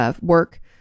work